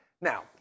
Now